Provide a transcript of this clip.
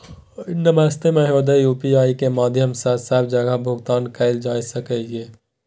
नमस्ते महोदय, यु.पी.आई के माध्यम सं सब जगह भुगतान कैल जाए सकल ये?